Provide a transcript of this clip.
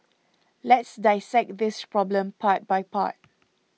let's dissect this problem part by part